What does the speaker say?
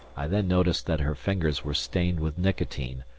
i then noticed that her fingers were stained with nicotine,